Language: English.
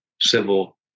civil